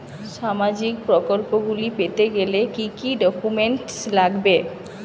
সামাজিক প্রকল্পগুলি পেতে গেলে কি কি ডকুমেন্টস লাগবে?